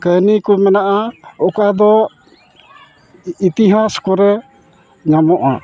ᱠᱟᱹᱦᱱᱤ ᱠᱚ ᱢᱮᱱᱟᱜᱼᱟ ᱚᱠᱟ ᱫᱚ ᱤᱛᱤᱦᱟᱥ ᱠᱚᱨᱮ ᱧᱟᱢᱚᱜᱼᱟ